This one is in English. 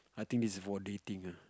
I think this is for dating ah